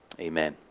Amen